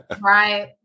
right